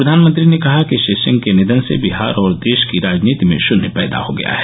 प्रधानमंत्री ने कहा कि श्री सिंह के निधन से बिहार और देश की राजनीति में शन्य पैदा हो गया है